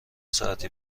ساعتی